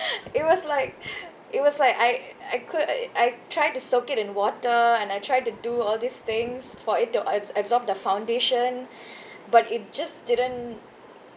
it was like it was like I I could I I tried to soak it in water and I tried to do all these things for it to ab~ absorb the foundation but it just didn't